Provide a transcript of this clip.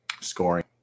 scoring